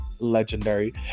legendary